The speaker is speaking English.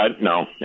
no